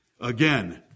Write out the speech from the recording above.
again